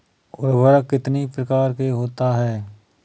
उर्वरक कितनी प्रकार के होता हैं?